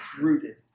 rooted